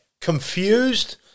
confused